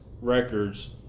records